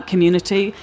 Community